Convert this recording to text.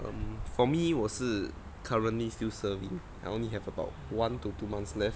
um for me 我是 currently still serving I only have about one to two months left